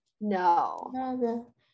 No